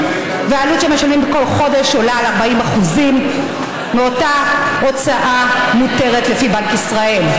והעלות שמשלמים בכל חודש עולה על 40% מאותה הוצאה מותרת לפי בנק ישראל.